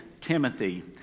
Timothy